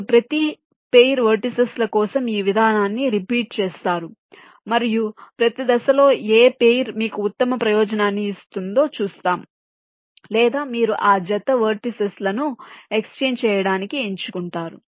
మీరు ప్రతి pair vertices ల కోసం ఈ విధానాన్ని రిపీట్ చేస్తారు మరియు ప్రతి దశలో ఏ పెయిర్ మీకు ఉత్తమ ప్రయోజనాన్ని ఇస్తుందో చూస్తాం లేదా మీరు ఆ జత వెర్టిసిస్ లను ఎక్స్చేంజ్ చేయడానికి ఎంచుకుంటాము